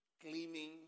gleaming